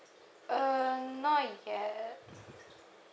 uh not yet